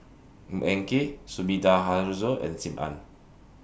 Ng Eng Kee Sumida Haruzo and SIM Ann